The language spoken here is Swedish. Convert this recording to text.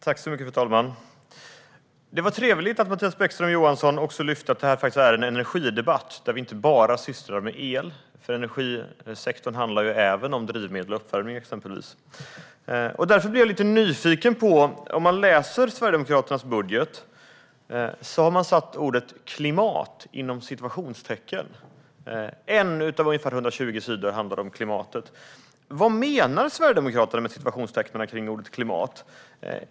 Fru talman! Det var trevligt att Mattias Bäckström Johansson visade att detta också är en energidebatt och att vi inte bara ägnar oss åt el. Energisektorn handlar ju även om exempelvis drivmedel och uppvärmning. Jag är lite nyfiken på en sak i Sverigedemokraternas budget. Om man läser den ser man att de har satt ordet "klimat" inom citationstecken. På en sida av ungefär 120 handlar det om klimatet. Vad menar Sverigedemokraterna med citationstecknen kring ordet klimat?